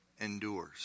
endures